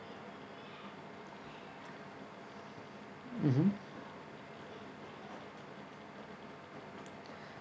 mmhmm